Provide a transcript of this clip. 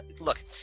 look